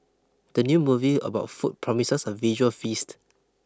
the new movie about food promises a visual feast